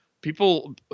People